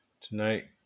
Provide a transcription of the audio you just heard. tonight